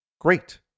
Great